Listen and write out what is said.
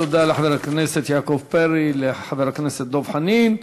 תודה לחבר הכנסת יעקב פרי ולחבר הכנסת דב חנין.